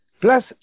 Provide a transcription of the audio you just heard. plus